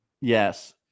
Yes